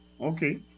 Okay